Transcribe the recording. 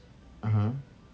(uh huh)